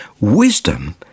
wisdom